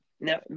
now